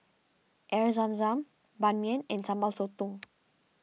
Air Zam Zam Ban Mian and Sambal Sotong